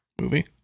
movie